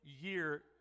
year